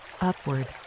upward